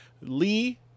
Lee